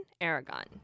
Aragon